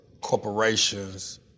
corporations